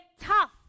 tough